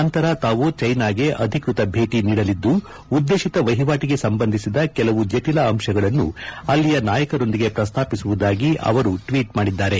ನಂತರ ತಾವು ಚೀನಾಗೆ ಅಧಿಕ್ಷತ ಭೇಟಿ ನೀಡಲಿದ್ದು ಉದ್ದೇಶಿತ ವಹಿವಾಟಿಗೆ ಸಂಬಂಧಿಸಿದ ಕೆಲವು ಜಟಿಲ ಅಂಶಗಳನ್ನು ಅಲ್ಲಿಯ ನಾಯಕರೊಂದಿಗೆ ಪ್ರಸ್ತಾಪಿಸುವುದಾಗಿ ಅವರು ಟ್ವೀಟ್ ಮಾಡಿದ್ದಾರೆ